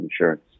insurance